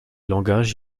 langages